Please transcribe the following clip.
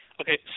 Okay